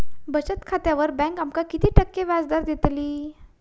बचत खात्यार बँक आमका किती टक्के व्याजदर देतली?